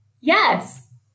Yes